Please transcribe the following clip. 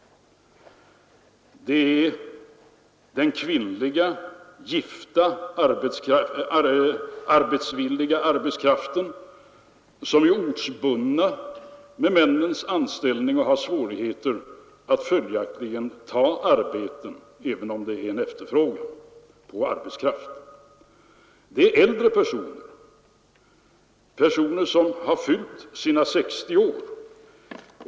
Det är den kvinnliga gifta arbetsvilliga arbetskraften som är ortsbunden i och med männens anställning och följaktligen har svårigheter att ta arbeten, även om det finns efterfrågan på arbetskraft. Det är äldre personer som har fyllt sina 60 år.